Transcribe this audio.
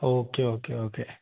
okay okay okay